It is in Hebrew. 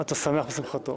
אתה שמח בשמחתו.